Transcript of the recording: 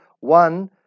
one